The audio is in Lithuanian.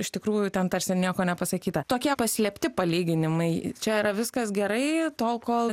iš tikrųjų ten tarsi ir nieko nepasakyta tokie paslėpti palyginimai čia yra viskas gerai tol kol